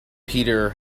peter